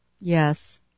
Yes